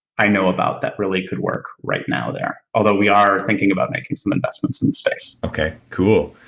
i know about that really could work right now there, although we are thinking about making some investments in the space. okay, cool.